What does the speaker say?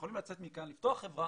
לצאת מכאן, לפתוח חברה